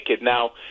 Now